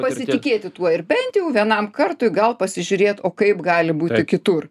pasitikėti tuo ir bent jau vienam kartui gal pasižiūrėt o kaip gali būti kitur